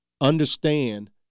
understand